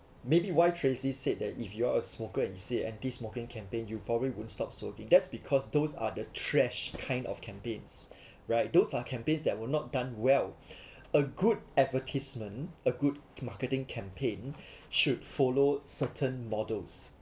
maybe why tracy said that if you're a smoker you say anti-smoking campaign you probably wouldn't stop smoking that's because those are the trash kind of campaigns right those are campaigns that were not done well a good advertisement a good marketing campaign should follow certain models